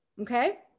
Okay